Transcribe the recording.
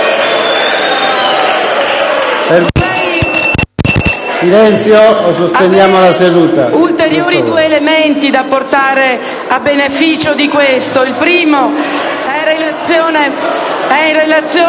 silenzio o sospendiamo la seduta.